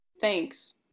Thanks